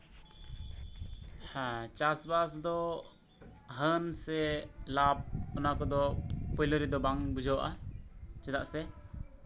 ᱦᱮᱸ ᱪᱟᱥᱵᱟᱥ ᱫᱚ ᱦᱟᱹᱱ ᱥᱮ ᱞᱟᱵ ᱚᱱᱟᱠᱚᱫᱚ ᱯᱳᱭᱞᱳ ᱨᱮᱫᱚ ᱵᱟᱝ ᱵᱩᱡᱟᱹᱣᱚᱜᱼᱟ ᱪᱮᱫᱟᱜ ᱥᱮᱼ